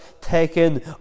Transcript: taken